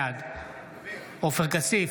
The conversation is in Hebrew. בעד עופר כסיף,